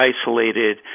isolated